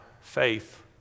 faith